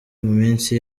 minsi